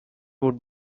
would